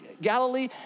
Galilee